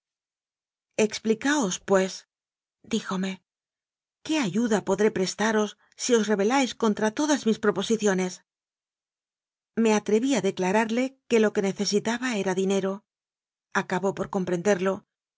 explicaos puesdíjome qué ayuda podré prestaros si os rebeláis contra todas mis proposi ciones me atreví a declararle que lo que necesi taba era dinero acabó por comprenderlo